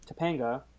Topanga